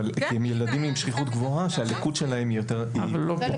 כי הם ילדים עם שכיחות גבוהה שהלקות שלהם היא יותר קלה.